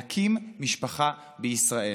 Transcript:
להקים משפחה בישראל.